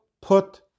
put